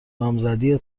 نامزدی